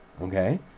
okay